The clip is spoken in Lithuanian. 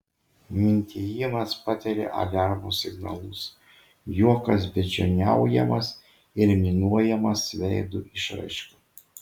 mintijimas patiria aliarmo signalus juokas beždžioniaujamas ir minuojamas veido išraiška